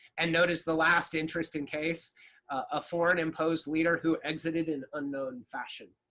and notice the last interesting case a foreign imposed leader who exited an unknown fashion.